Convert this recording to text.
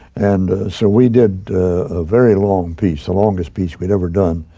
and so we did a very long piece, the longest piece we had ever done.